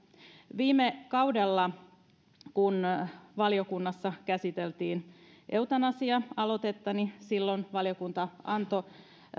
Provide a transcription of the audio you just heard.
viime kaudella kun valiokunnassa käsiteltiin eutanasia aloitettani valiokunta antoi